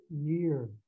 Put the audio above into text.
year